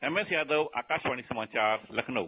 M S Yadav Akashvani समाचार लखनऊ